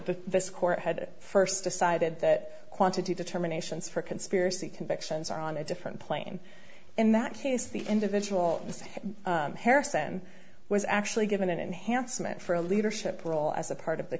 the this court had it first decided that quantity determinations for conspiracy convictions are on a different plane in that case the individual mr harrison was actually given an enhancement for a leadership role as a part of the